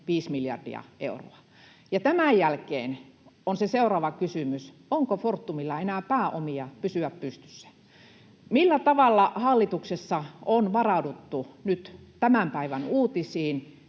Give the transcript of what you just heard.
miljardia euroa. Tämän jälkeen on se seuraava kysymys: onko Fortumilla enää pääomia pysyä pystyssä? Millä tavalla hallituksessa on varauduttu nyt tämän päivän uutisiin,